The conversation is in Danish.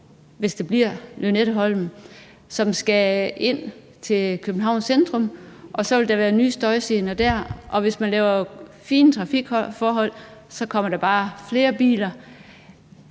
hvis det bliver Lynetteholm, og som skal ind til Københavns centrum, og så vil der være nye støjgener der. Og hvis man laver fine trafikforhold, så kommer der bare flere biler.